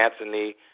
Anthony